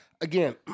Again